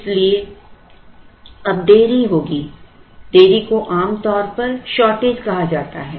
इसलिए अब देरी होगी देरी को आमतौर पर शॉर्टेज कहा जाता है